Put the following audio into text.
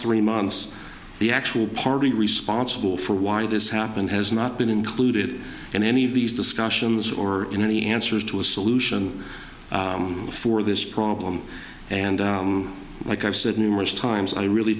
three months the actual party responsible for why this happened has not been included in any of these discussions or in any answers to a solution for this problem and like i've said numerous times i really